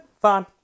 fine